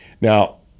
Now